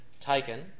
taken